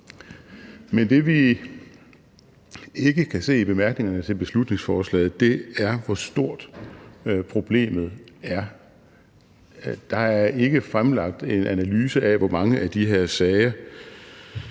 Men det, vi ikke kan se i bemærkningerne til beslutningsforslaget, er, hvor stort problemet er. Der er ikke fremlagt en analyse af, hvor mange af de her sager